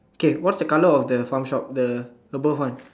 K what's the colour of the farm shop the above one